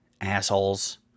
assholes